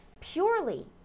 purely